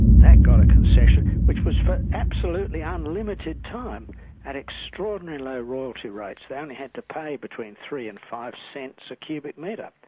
that got a concession which was for absolutely um unlimited time at extraordinarily low royalty rates they only and had to pay between three and five cents a cubic metre.